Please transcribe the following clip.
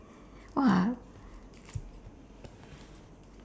!wah!